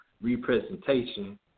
representation